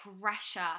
pressure